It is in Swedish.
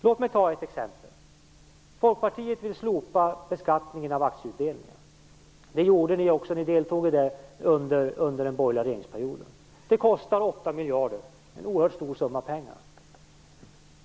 Låt mig ta upp ett exempel. Folkpartiet vill slopa beskattningen av aktieutdelningar, vilket ni också ville genomföra under den borgerliga regeringsperioden. Det kostar 8 miljarder, en oerhört stor summa pengar.